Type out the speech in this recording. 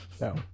No